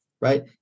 right